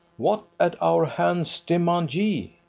what at our hands demand ye?